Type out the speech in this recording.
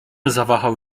zawahał